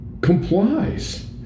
complies